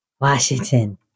Washington